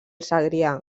segrià